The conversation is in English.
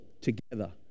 together